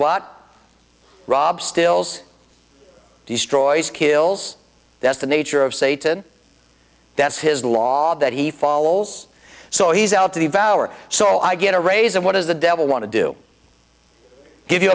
what rob stills destroys kills that's the nature of satan that's his law that he falls so he's out to the valor so i get a raise and what does the devil want to do give you